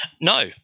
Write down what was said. no